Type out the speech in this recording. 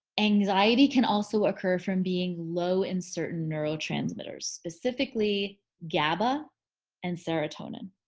anxiety can also occur from being low in certain neurotransmitters specifically gaba and serotonin.